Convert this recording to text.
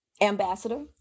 Ambassador